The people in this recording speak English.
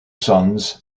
sons